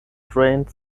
drained